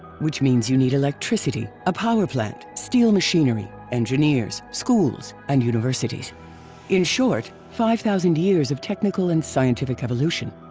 which means you need electricity, a power plant, steel machinery, engineers, schools and universities in short, five thousand years of technical and scientific evolution.